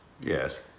yes